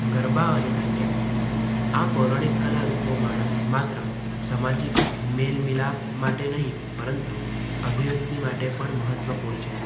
ગરબા અને દાંડિયા આ પૌરાણિક કલારૂપો માળા માત્ર સામાજિક મેલ મિલાપ માટે નહીં પરંતુ અભિવ્યક્તિ માટે પણ મહત્વપૂર્ણ છે